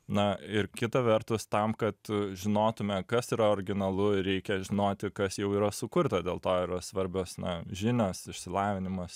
na ir kita vertus tam kad žinotume kas yra originalu ir reikia žinoti kas jau yra sukurta dėl to yra svarbios na žinios išsilavinimas